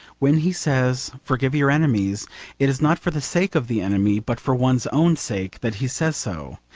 when he says, forgive your enemies it is not for the sake of the enemy, but for one's own sake that he says so,